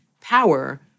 power